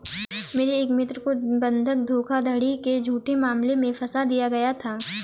मेरे एक मित्र को बंधक धोखाधड़ी के झूठे मामले में फसा दिया गया था